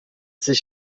sich